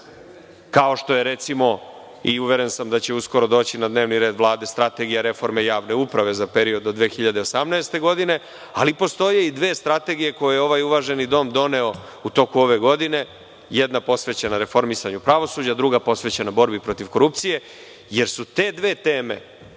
kao što je recimo, uveren sam da će uskoro doći na dnevni red, Strategija Vlade reforme javne uprave za period do 2018. godine, ali postoje i dve strategije koje je ovaj uvaženi dom doneo u toku ove godine, jedan posvećena reformisanju pravosuđa, druga posvećena borbi protiv korupcije. Te dve teme